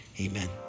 Amen